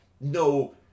no